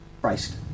Christ